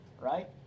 right